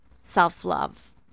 self-love